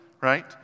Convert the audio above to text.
right